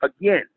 again